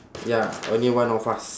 ya only one of us